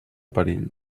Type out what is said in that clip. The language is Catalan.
perill